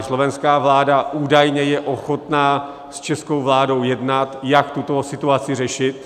Slovenská vláda údajně je ochotna s českou vládou jednat, jak tuto situaci řešit.